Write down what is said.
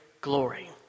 glory